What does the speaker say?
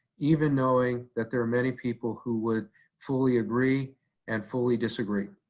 even knowing that there are many people who would fully agree and fully disagree.